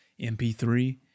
MP3